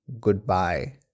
goodbye